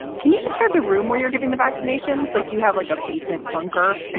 can you describe the room where you're giving the vaccinations? like, do you have like a basement bunker?